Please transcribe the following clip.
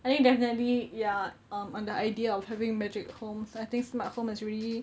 I think definitely ya um on the idea of having magic homes I think smart home is really